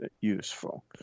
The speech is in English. useful